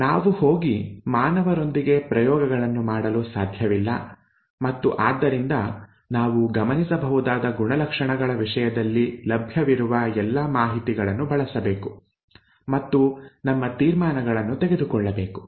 ನಾವು ಹೋಗಿ ಮಾನವರೊಂದಿಗೆ ಪ್ರಯೋಗಗಳನ್ನು ಮಾಡಲು ಸಾಧ್ಯವಿಲ್ಲ ಮತ್ತು ಆದ್ದರಿಂದ ನಾವು ಗಮನಿಸಬಹುದಾದ ಗುಣಲಕ್ಷಣಗಳ ವಿಷಯದಲ್ಲಿ ಲಭ್ಯವಿರುವ ಎಲ್ಲಾ ಮಾಹಿತಿಯನ್ನು ಬಳಸಬೇಕು ಮತ್ತು ನಮ್ಮ ತೀರ್ಮಾನಗಳನ್ನು ತೆಗೆದುಕೊಳ್ಳಬೇಕು